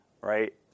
right